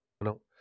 No